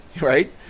Right